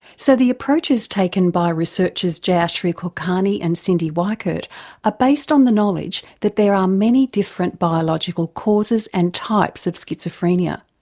so the approaches taken by researchers jayashri kulkarni and cyndi weickert are ah based on the knowledge that there are many different biological causes and types of schizophrenia.